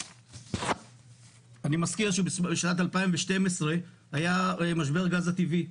אני מזכיר שבשנת 2012 היה משבר הגז הטבעי.